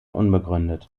unbegründet